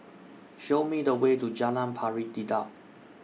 Show Me The Way to Jalan Pari Dedap